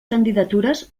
candidatures